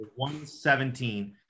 117